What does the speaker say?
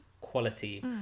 quality